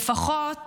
לפחות